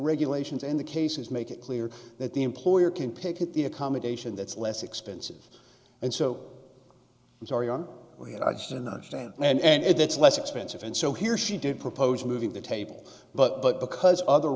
regulations in the cases make it clear that the employer can pick the accommodation that's less expensive and so i'm sorry on where i didn't understand and it's less expensive and so here she did propose moving the table but but because other